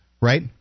right